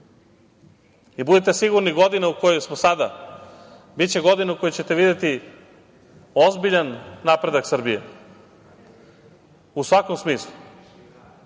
Budite sigurni, godina u kojoj smo sada biće godina u kojoj ćete videti ozbiljan napredak Srbije u svakom smislu